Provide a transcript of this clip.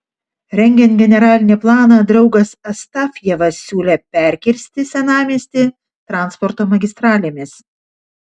rengiant generalinį planą draugas astafjevas siūlė perkirsti senamiestį transporto magistralėmis